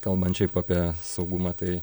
kalbant šiaip apie saugumą tai